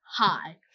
Hi